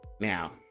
Now